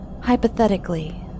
hypothetically